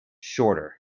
shorter